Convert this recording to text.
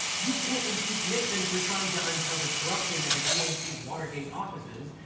you can't impeach nixon for trying to uncover corruption at the dnc's watergate offices.